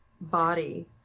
body